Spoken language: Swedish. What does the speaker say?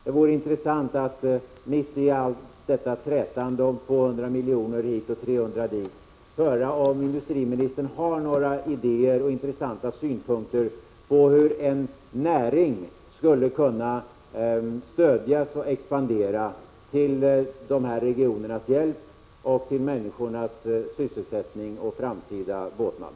Det vore intressant att mitt i allt detta trätande om 200 miljoner hit eller 300 miljoner dit höra om industriministern har några idéer eller intressanta synpunkter på hur en näring skulle kunna stödjas, så att den expanderar till de utsatta regionernas hjälp och ger människor sysselsättning och framtida båtnad.